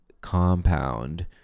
compound